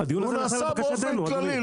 הוא נעשה באופן כללי.